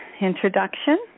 introduction